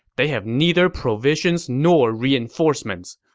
they have neither provisions nor reinforcements.